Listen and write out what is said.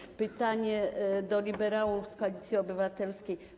jego pytanie do liberałów z Koalicji Obywatelskiej.